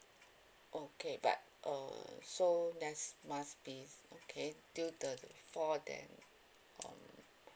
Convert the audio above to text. okay but uh so there's must be okay due to a fall then